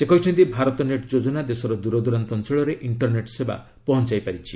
ସେ କହିଛନ୍ତି ଭାରତ ନେଟ୍ ଯୋଜନା ଦେଶର ଦୂରଦୂରାନ୍ତ ଅଞ୍ଚଳରେ ଇଷ୍ଟରନେଟ୍ ସେବା ପହଞ୍ଚାଇ ପାରିଛି